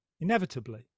Inevitably